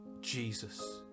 Jesus